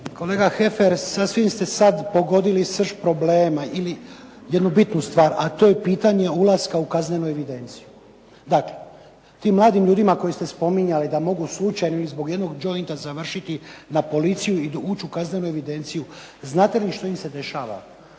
Kolega Heffer sasvim ste sad pogodili srž problema ili jednu bitnu stvar, a to je pitanje ulaska u kaznenu evidenciju. Dakle, tim mladim ljudima koje ste spominjali da mogu slučajno i zbog jednog jointa završiti na policiji i ući u kaznenu evidenciju, znate li što im se dešava?